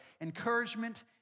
encouragement